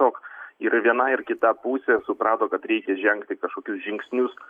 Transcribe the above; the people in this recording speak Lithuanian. toks ir viena ir kita pusė suprato kad reikia žengti kažkokius žingsnius